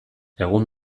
egun